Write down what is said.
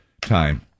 time